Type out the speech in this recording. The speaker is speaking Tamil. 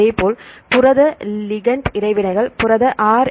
அதேபோல் புரத லிங்கண்ட் இடைவினைகள் புரத ஆர்